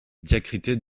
diacrité